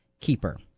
keeper